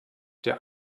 der